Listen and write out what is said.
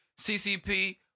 CCP